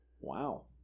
Wow